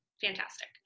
Fantastic